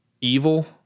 evil